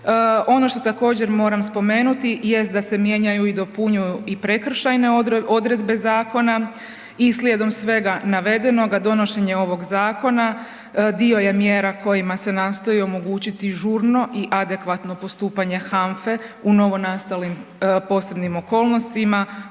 Ono što također moram spomenuti jest da se mijenjaju i dopunjuju i prekršajne odredbe zakona i slijedom svega navedenoga donošenje ovog zakona dio je mjera kojima se nastoji omogućiti žurno i adekvatno postupanje HANFE u novonastalim posebnim okolnostima